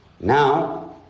Now